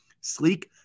Sleek